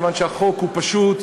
כיוון שהחוק הוא פשוט,